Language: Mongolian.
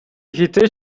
хэзээ